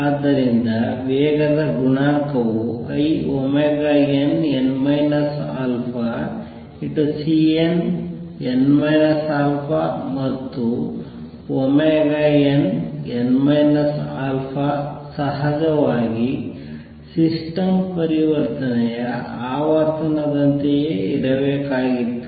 ಆದ್ದರಿಂದ ವೇಗದ ಗುಣಾಂಕವು inn αCnn α ಮತ್ತು nn α ಸಹಜವಾಗಿ ಸಿಸ್ಟಮ್ ಪರಿವರ್ತನೆಯ ಆವರ್ತನದಂತೆಯೇ ಇರಬೇಕಾಗಿತ್ತು